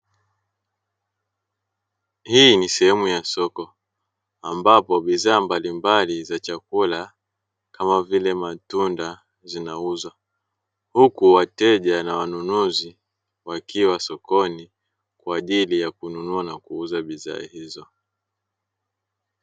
Hii ni sehemu ya soko ambapo bidhaa mbalimbali za chakula kama vile matunda zinauzwa, huku wateja na wanunuzi wakiwa sokoni kwa ajili ya kununua na kuuza bidhaa hizo.